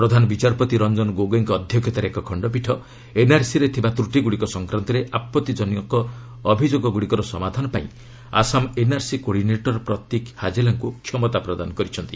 ପ୍ରଧାନ ବିଚାରପତି ରଞ୍ଜନ ଗୋଗୋଇଙ୍କ ଅଧ୍ୟକ୍ଷତାରେ ଏକ ଖଣ୍ଡପୀଠ ଏନ୍ଆର୍ସିରେ ଥିବା ତୃଟିଗୁଡ଼ିକ ସଂକ୍ରାନ୍ତରେ ଆପତ୍ତି ଅଭିଯୋଗଗୁଡ଼ିକର ସମାଧାନ ପାଇଁ ଆସାମ ଏନ୍ଆର୍ସି କୋଡିନେଟର ପ୍ରତୀକ ହାଜେଲାଙ୍କୁ କ୍ଷମତା ପ୍ରଦାନ କରିଛନ୍ତି